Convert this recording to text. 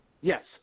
Yes